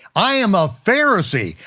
i am a pharisee.